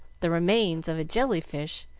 the remains of a jelly-fish,